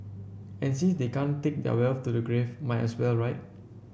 and since they can't take their wealth to the grave might as well right